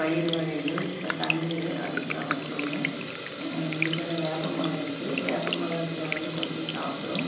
பயிறு வகைகள் தண்ணீர் அதுக்குலாம் வைக்குவோங்க எங்கள் வீட்டாண்ட வேப்பமரம் இருக்குது வேப்பம்பழத்த வந்து கொத்தி சாப்பிடும்